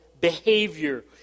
behavior